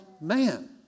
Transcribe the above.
man